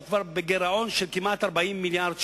כבר בגירעון של כמעט 40 מיליארד שקל,